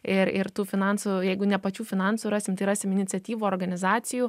ir ir tų finansų jeigu ne pačių finansų rasim tai rasim iniciatyvų organizacijų